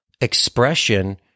expression